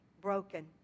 broken